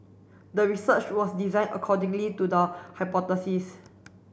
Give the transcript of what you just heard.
the research was designed accordingly to the hypothesis